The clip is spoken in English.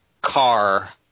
car